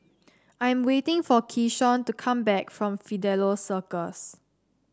I am waiting for Keyshawn to come back from Fidelio Circus